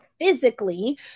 physically